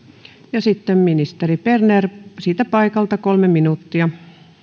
ja sitten ministeri berner siitä paikalta kolme minuuttia